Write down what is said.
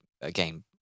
again